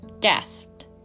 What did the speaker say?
gasped